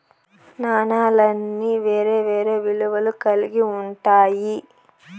నాణాలన్నీ వేరే వేరే విలువలు కల్గి ఉంటాయి